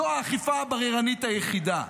זו האכיפה הבררנית היחידה.